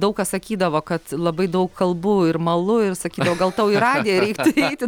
daug kas sakydavo kad labai daug kalbu ir malu ir sakydavo gal tau į radiją reiktų eiti